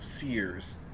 Sears